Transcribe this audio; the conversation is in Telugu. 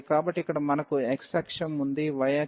కాబట్టి ఇక్కడ మనకు x అక్షం ఉంది y అక్షం మరియు 0